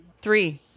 three